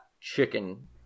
chicken